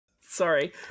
Sorry